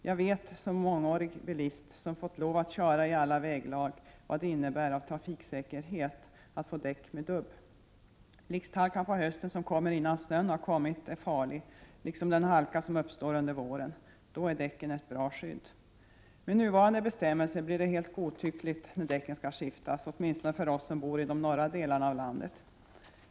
Jag vet som mångårig bilist, som fått lov att köra i alla väglag, vad det innebär av trafiksäkerhet att använda däck med dubb. Blixthalkan på hösten som kommer innan snön har kommit är farlig, liksom den halka som uppstår under våren. Då är dubbdäcken ett bra skydd. Med nuvarande bestämmelse blir det helt godtyckligt när däcken skall skiftas, åtminstone för oss som bor i de norra delarna av landet.